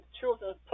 children